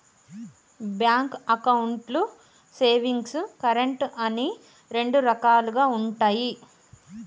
bank అకౌంట్లు savings, current అని రెండు రకాలుగా ఉంటయి